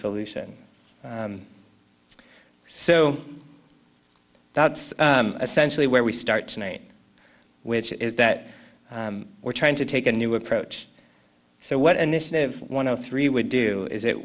solution so that's essentially where we start tonight which is that we're trying to take a new approach so what initiative one o three would do is it